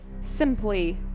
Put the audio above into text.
simply